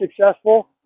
successful